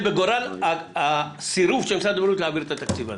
בגורל הסירוב של משרד הבריאות להעביר את התקציב הזה.